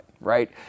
right